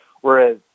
whereas